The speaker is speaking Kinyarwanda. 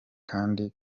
kandi